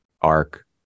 arc